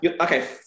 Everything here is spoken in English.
okay